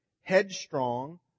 headstrong